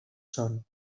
són